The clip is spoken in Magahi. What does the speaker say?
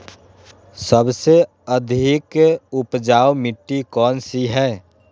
सबसे अधिक उपजाऊ मिट्टी कौन सी हैं?